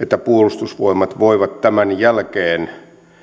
että puolustusvoimat voi tämän jälkeen